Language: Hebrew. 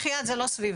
ערך יעד זה לא סביבה.